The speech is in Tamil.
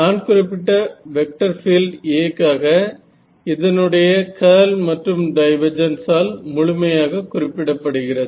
நான் குறிப்பிட்ட வெக்டர் பீல்டு A காக இது இதனுடைய கர்ல் மற்றும் டைவெர்ஜன்ஸ் ஆல் முழுமையாக குறிப்பிடப்படுகிறது